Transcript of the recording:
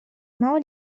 мало